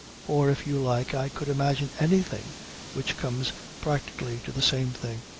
or, if you like, i could imagine anything which comes practically to the same thing.